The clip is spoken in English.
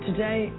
Today